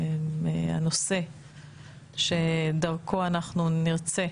הנושא שדרכו אנחנו נרצה